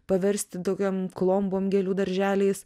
paversti tokiom klombom gėlių darželiais